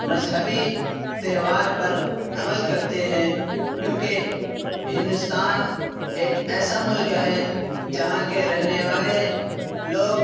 مذہبی تہوار پر عمل کرتے ہیں کیونکہ ہندوستان ایک ایسا ملک ہے جہاں کے رہنے والے لوگ